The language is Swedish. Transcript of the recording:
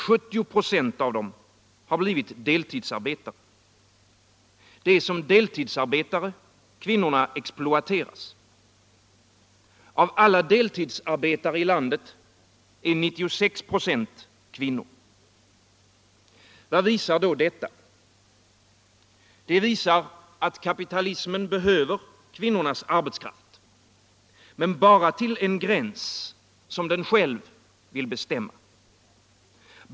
Av dem har 70 26 blivit deltidsarbetare. Det är som deltidsarbetare kvinnor exploateras. Av alla deltidsarbetare i landet är 96 26 kvinnor. Vad visar detta? Det visar att kapitalismen behöver kvinnornas arbetskraft, men bara till en gräns som den själv vill bestämma.